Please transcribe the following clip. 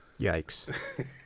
Yikes